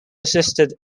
assisted